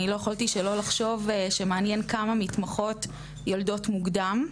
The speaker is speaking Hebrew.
אני לא יכולתי שלא לחשוב שמעניין כמה מתמחות יולדות מוקדם,